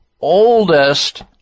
oldest